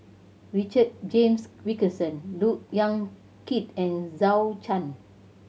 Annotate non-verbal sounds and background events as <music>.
Richard James Wilkinson Look Yan Kit and <unintelligible>